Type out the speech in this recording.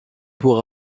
pour